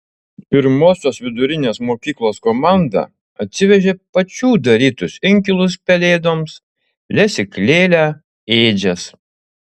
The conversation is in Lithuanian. pirmosios vidurinės mokyklos komanda atsivežė pačių darytus inkilus pelėdoms lesyklėlę ėdžias